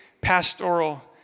pastoral